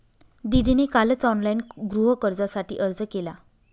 दीदीने कालच ऑनलाइन गृहकर्जासाठी अर्ज केला